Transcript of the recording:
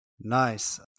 Nice